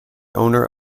owner